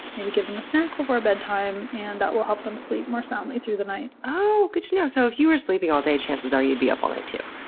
maybe give them a snack before bedtime and that will help them sleep more soundly through the night. oohh, good to know. so, if you were sleeping all day, chances are you'd be up all night too.